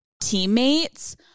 teammates